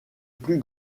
plus